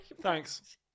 thanks